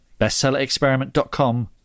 Bestsellerexperiment.com